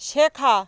শেখা